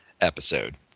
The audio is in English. episode